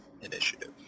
initiative